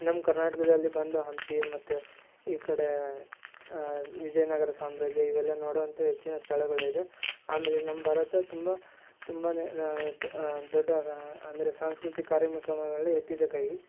ನಮ್ಮ ಕರ್ನಾಟಕದಲ್ಲಿ ಬಂದು ಹಂಪಿ ಮತ್ತು ಈ ಕಡೆ ವಿಜಯನಗರ ಸಾಮ್ರಾಜ್ಯ ಇವೆಲ್ಲ ನೋಡುವಂಥವು ಹೆಚ್ಚಿನ ಸ್ಥಳಗಳು ಇದೆ ಆಮೇಲೆ ನಮ್ಮ ಭಾರತ ತುಂಬ ತುಂಬಾ ದೊಡ್ಡ ಅಂದರೆ ಸಾಂಸ್ಕೃತಿಕ ಕಾರಮಿಕಮಗಳಲ್ಲಿ ಎತ್ತಿದ ಕೈ